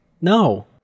No